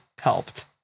helped